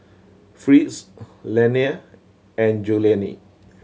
Fritz Lennie and Julianne